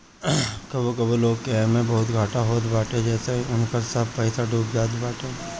कबो कबो लोग के एमे बहुते घाटा होत बाटे जेसे उनकर सब पईसा डूब जात बाटे